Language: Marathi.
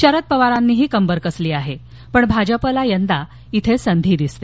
शरद पवारानीही कंबर कसली आहे पण भाजपाला यंदा इथे संधी दिसते